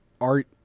art